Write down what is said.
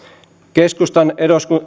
keskustan